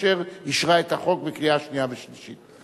אשר אישרה את החוק בקריאה שנייה וקריאה שלישית.